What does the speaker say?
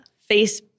face